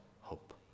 hope